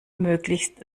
möglichst